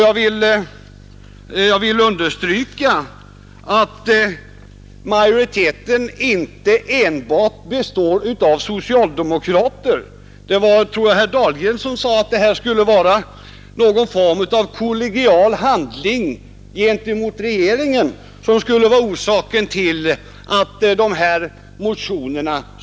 Jag vill understryka att majoriteten inte består enbart av socialdemokrater. Jag tror att det var herr Dahlgren som sade att det skulle vara någon form av kollegial handling gentemot regeringen att utskottet har avstyrkt motionerna.